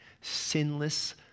sinless